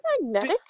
magnetic